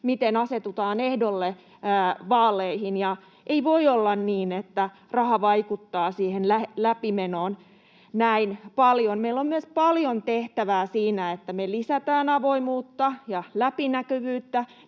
miten asetutaan ehdolle vaaleihin. Ei voi olla niin, että raha vaikuttaa läpimenoon näin paljon. Meillä on myös paljon tehtävää siinä, että me lisätään avoimuutta ja läpinäkyvyyttä.